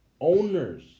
owners